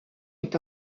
est